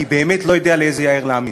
אני באמת לא יודע לאיזה יאיר להאמין.